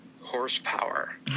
horsepower